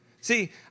See